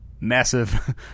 massive